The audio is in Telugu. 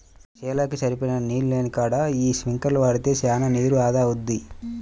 చేలకు సరిపడినన్ని నీళ్ళు లేనికాడ యీ స్పింకర్లను వాడితే చానా నీరు ఆదా అవుద్ది